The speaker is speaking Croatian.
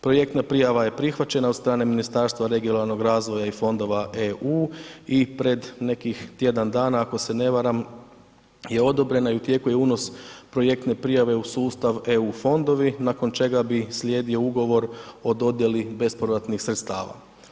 Projektna prijava je prihvaćena od strane Ministarstva regionalnog razvoja i fondova EU i pred nekih tjedan dana ako se ne varam je odobrena i u tijeku je unos projektne prijave u sustav EU fondovi nakon čega bi slijedio ugovor o dodjeli bespovratnih sredstava.